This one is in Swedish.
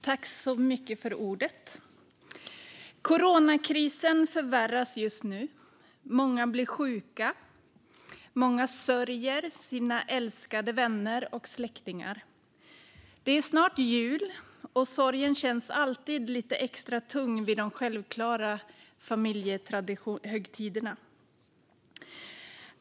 Fru talman! Coronakrisen förvärras just nu. Många blir sjuka. Många sörjer sina älskade vänner och släktingar. Det är snart jul, och sorgen känns alltid lite extra tung vid de självklara familjehögtiderna.